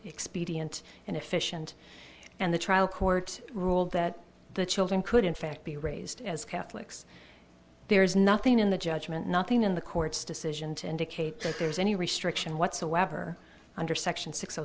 expedient and efficient and the trial court ruled that the children could in fact be raised as catholics there is nothing in the judgment nothing in the court's decision to indicate there's any restriction whatsoever under section six